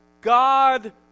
God